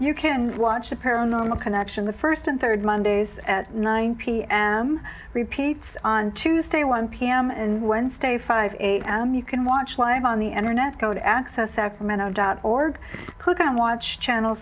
you can watch the paranormal connection the first and third mondays at nine p m repeats on tuesday one p m and wednesday five eight am you can watch live on the internet go to access sacramento dot org click on watch channel